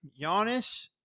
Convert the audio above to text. Giannis